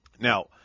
Now